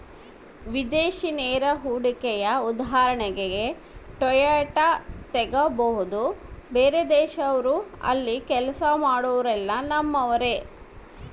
ವಿದೇಶಿ ನೇರ ಹೂಡಿಕೆಯ ಉದಾಹರಣೆಗೆ ಟೊಯೋಟಾ ತೆಗಬೊದು, ಬೇರೆದೇಶದವ್ರು ಅಲ್ಲಿ ಕೆಲ್ಸ ಮಾಡೊರೆಲ್ಲ ನಮ್ಮರೇ